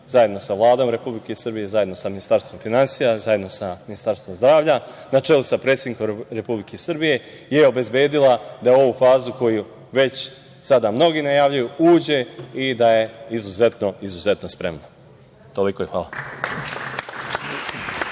zajedno sa Vladom Republike Srbije, zajedno sa Ministarstvom finansija, zajedno sa Ministarstvom zdravlja, na čelu sa predsednikom Republike Srbije, je obezbedila da u ovu fazu, koju već sada mnogi najavljuju, uđe i da je izuzetno spremna. Toliko i hvala.